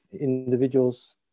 individuals